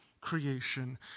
creation